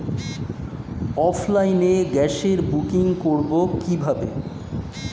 অফলাইনে গ্যাসের বুকিং করব কিভাবে?